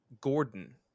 Gordon